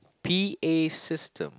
p_a system